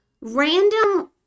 random